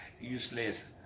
useless